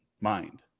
mind